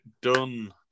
done